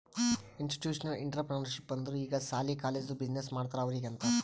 institutional entrepreneurship ಅಂದುರ್ ಈಗ ಸಾಲಿ, ಕಾಲೇಜ್ದು ಬಿಸಿನ್ನೆಸ್ ಮಾಡ್ತಾರ ಅವ್ರಿಗ ಅಂತಾರ್